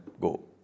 go